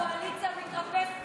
הקואליציה המתרפסת הזאת,